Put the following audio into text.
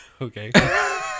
Okay